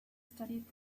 studied